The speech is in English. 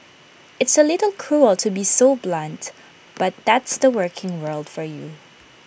it's A little cruel to be so blunt but that's the working world for you